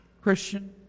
Christian